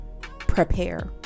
prepare